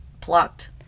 plucked